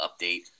update